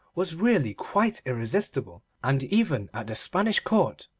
was really quite irresistible, and even at the spanish court,